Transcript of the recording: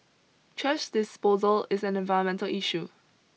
thrash disposal is an environmental issue